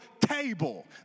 table